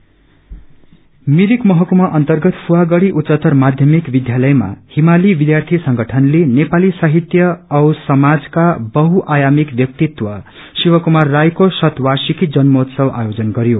मिरिक मिरिक महकुमा अर्न्तगत फुवागड़ी उच्चतर माध्यमिक विधालयमा हिमाली विध्यार्थी संगठनले नेपाली साहित्य औ समाजक्वा बहु आयामिक व्याक्तित्व शिवकूमार राईको शतवार्षिकी जन्मोत्सव आयोजन गरयो